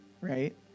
right